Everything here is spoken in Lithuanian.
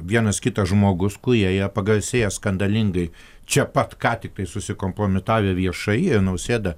vienas kitas žmogus kurie jie pagarsėję skandalingai čia pat ką tik tai susikompromitavę viešai ir nausėda